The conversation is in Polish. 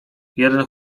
jeden